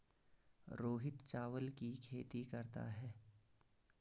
रोहित चावल की खेती करता है